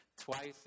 Twice